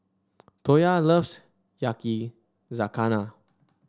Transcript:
Toya loves Yakizakana